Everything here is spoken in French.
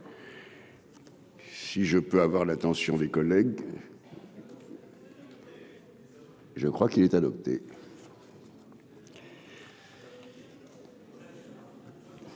si je peux avoir l'attention des collègues. Je crois qu'il est adopté.